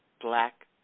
black